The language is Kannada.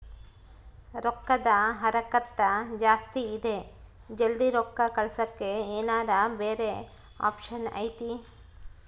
ರೊಕ್ಕದ ಹರಕತ್ತ ಜಾಸ್ತಿ ಇದೆ ಜಲ್ದಿ ರೊಕ್ಕ ಕಳಸಕ್ಕೆ ಏನಾರ ಬ್ಯಾರೆ ಆಪ್ಷನ್ ಐತಿ?